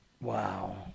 wow